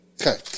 Okay